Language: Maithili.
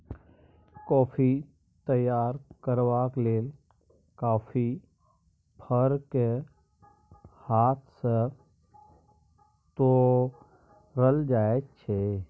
कॉफी तैयार करबाक लेल कॉफी फर केँ हाथ सँ तोरल जाइ छै